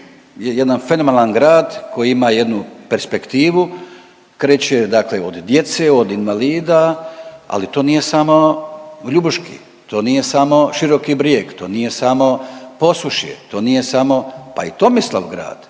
jedan fenomenalan grad koji ima jednu perspektivu, kreće od djece, od invalida, ali to nije samo Ljubuški, to nije samo Široki Brijeg, to nije samo Posušje, to nije samo pa i Tomislavgrad